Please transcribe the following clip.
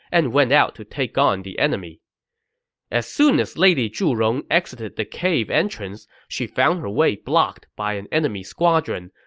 and went out to take on the enemy as soon as lady zhurong exited the cave entrance, she found her way blocked by an enemy squadron,